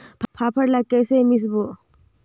फाफण ला कइसे मिसबो?